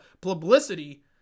publicity